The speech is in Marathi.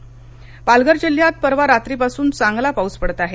पालघर पालघर जिल्ह्यात परवा रात्रीपासून चांगला पाऊस पडत आहे